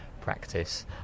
practice